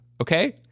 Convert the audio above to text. Okay